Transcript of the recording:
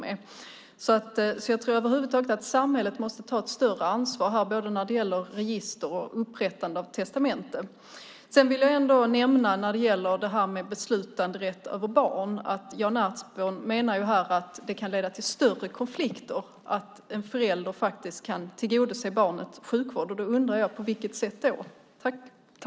Samhället måste över huvud taget ta ett större ansvar, både när det gäller register och upprättande av testamenten. När det gäller beslutanderätt över barn menar Jan Ertsborn att det kan leda till större konflikter att en förälder kan tillgodose barnet sjukvård. På vilket sätt?